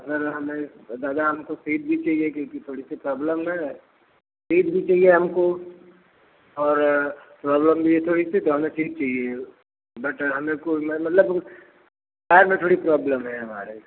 दादा हमें दादा हमको फीस भी चाहिए क्योंकि थोड़ी सी प्रॉबलम है फीस भी चाहिए हमको और प्रॉब्लम भी है इसलिए दोनों चीज़ चाहिए बट हमें कोई मतलब क्या है में थोड़ी प्रॉबलम है हमारे